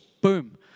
boom